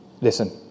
listen